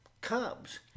Cubs